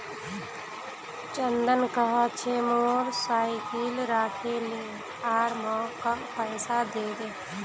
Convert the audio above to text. चंदन कह छ मोर साइकिल राखे ले आर मौक पैसा दे दे